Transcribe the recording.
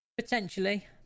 potentially